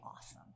awesome